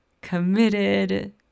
committed